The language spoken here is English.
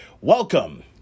Welcome